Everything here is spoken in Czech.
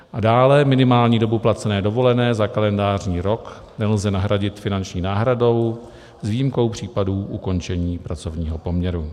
A dále: minimální dobu placené dovolené za kalendářní rok nelze nahradit finanční náhradou s výjimkou případů ukončení pracovního poměru.